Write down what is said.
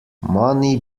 money